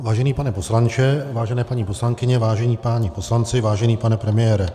Vážený pane poslanče, vážené paní poslankyně, vážení páni poslanci, vážený pane premiére.